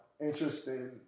interesting